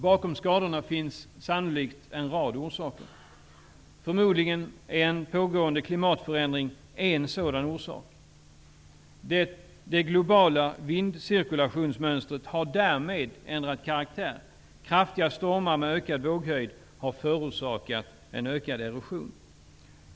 Bakom skadorna finns sannolikt en rad orsaker: Förmodligen är en pågående klimatförändring en sådan orsak. Det globala vindcirkulationsmönstret har därmed ändrat karaktär. Kraftiga stormar med ökad våghöjd har förorsakat en ökad erosion.